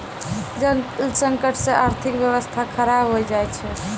जल संकट से आर्थिक व्यबस्था खराब हो जाय छै